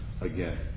again